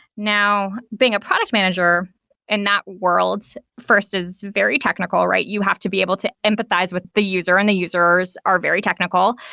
now, being a product manager in not world, first, is very technical, right? you have to be able to empathize with the user, and the users are very technical.